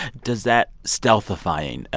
does that stealthifying,